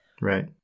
Right